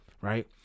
Right